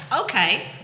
Okay